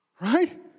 Right